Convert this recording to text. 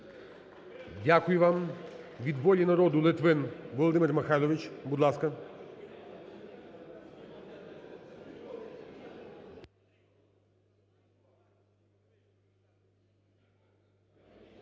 Дякую вам. Від "Волі народу", Литвин Володимир Михайлович. Будь ласка.